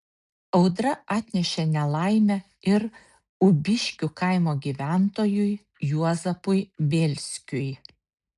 audra atnešė nelaimę ir ubiškių kaimo gyventojui juozapui bėlskiui